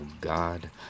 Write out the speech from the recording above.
God